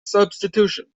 substitution